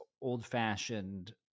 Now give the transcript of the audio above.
old-fashioned